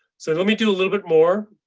so let me do a little bit more.